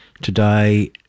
today